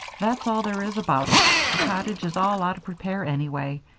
that's all there is about it. the cottage is all out of repair, anyway.